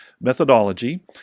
methodology